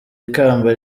ikamba